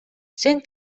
сен